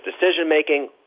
decision-making